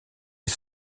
est